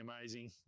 amazing